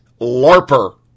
LARPer